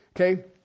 Okay